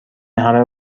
همه